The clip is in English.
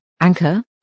Anchor